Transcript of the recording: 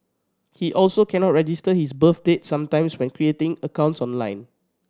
he also cannot register his birth date sometimes when creating accounts online